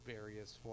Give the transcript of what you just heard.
various